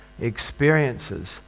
experiences